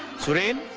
surendra?